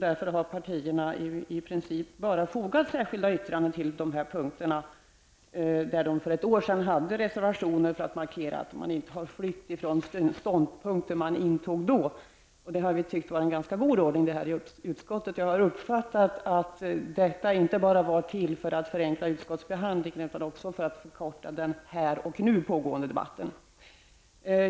Därför har partierna i princip bara fogat särskilda yttranden till de punkter där de för ett år sedan hade reservationer, detta för att markera att man inte har flytt från de ståndpunkter man intog då. Det har vi tyckt vara en ganska god ordning i utskottet. Jag har uppfattat att det inte har skett bara för att förenkla utskottsbehandlingen utan också för att förkorta den här och nu pågående debatten.